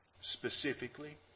specifically